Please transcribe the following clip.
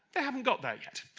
they haven't got there yet